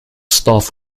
staff